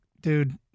dude